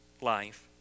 life